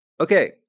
Okay